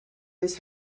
these